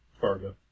Fargo